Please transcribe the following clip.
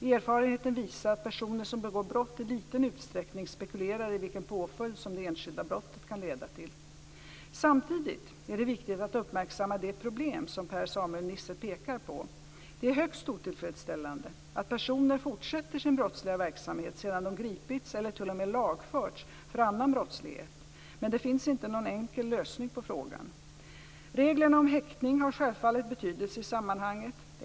Erfarenheten visar att personer som begår brott i liten utsträckning spekulerar i vilken påföljd som det enskilda brottet kan leda till. Samtidigt är det viktigt att uppmärksamma det problem som Per-Samuel Nisser pekar på. Det är högst otillfredsställande att personer fortsätter sin brottsliga verksamhet sedan de gripits eller t.o.m. lagförts för annan brottslighet, men det finns inte någon enkel lösning på frågan. Reglerna om häktning har självfallet betydelse i sammanhanget.